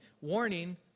Warning